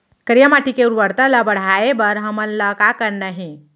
करिया माटी के उर्वरता ला बढ़ाए बर हमन ला का करना हे?